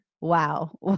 Wow